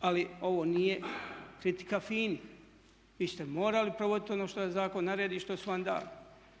Ali ovo nije kritika FINA-i, vi ste morali provoditi ono što vam zakon naredi i što su vam dali